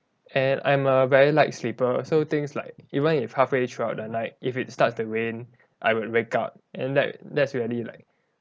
and I'm a very light sleeper so things like even if halfway throughout the night if it starts to rain I will wake up and that that's really like